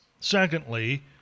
Secondly